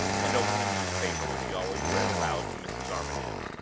and opened the newspaper which he always read aloud to mrs. armadale,